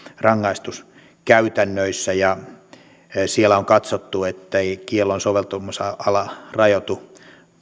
rangaistuskäytännöissä siellä on katsottu ettei kiellon soveltamisala rajoitu